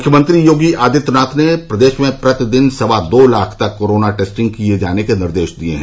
मुख्यमंत्री योगी आदित्यनाथ ने प्रदेश में प्रतिदिन सवा दो लाख तक कोरोना टेस्टिंग किये जाने के निर्देश दिये हैं